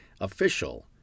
official